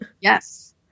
Yes